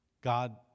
God